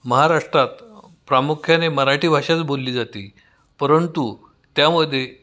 महाराष्ट्रात प्रामुख्याने मराठी भाषाच बोलली जाते परंतु त्यामध्ये